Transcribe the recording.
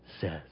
says